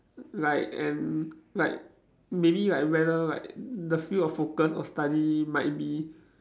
like and like maybe like whether like the field of focus of study might be